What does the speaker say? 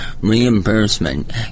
reimbursement